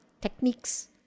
techniques